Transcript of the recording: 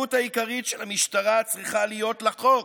המחויבות העיקרית של המשטרה צריכה להיות לחוק,